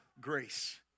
grace